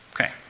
Okay